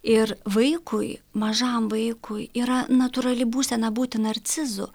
ir vaikui mažam vaikui yra natūrali būsena būti narcizu